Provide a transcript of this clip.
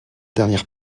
dernière